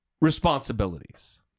responsibilities